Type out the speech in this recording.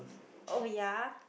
oh ya